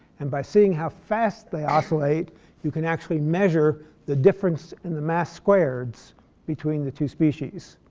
and by seeing how fast they oscillate you can actually measure the difference in the mass squareds between the two species.